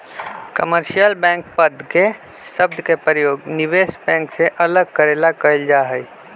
commercial bank पद के शब्द के प्रयोग निवेश बैंक से अलग करे ला कइल जा हई